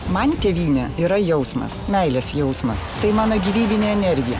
man tėvynė yra jausmas meilės jausmas tai mano gyvybinė energija